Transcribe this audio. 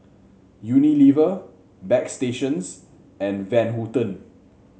Unilever Bagstationz and Van Houten